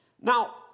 Now